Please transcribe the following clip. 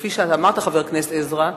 כפי שאמרת, חבר הכנסת עזרא,